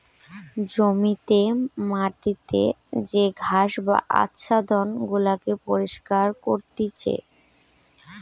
জমিতে মাটিতে যে ঘাস বা আচ্ছাদন গুলাকে পরিষ্কার করতিছে